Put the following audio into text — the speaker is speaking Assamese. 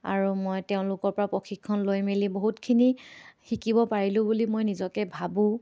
আৰু মই তেওঁলোকৰ পৰা প্ৰশিক্ষণ লৈ মেলি বহুতখিনি শিকিব পাৰিলোঁ বুলি মই নিজকে ভাবোঁ